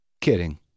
kidding